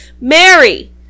Mary